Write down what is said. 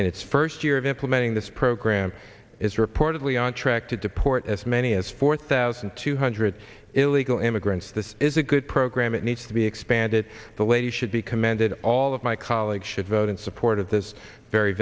its first year of implementing this program is reportedly on track to deport as many as four thousand two hundred illegal immigrants this is a good program it needs to be expanded the lady should be commended all of my colleagues should vote in support of this very